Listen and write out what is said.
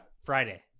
friday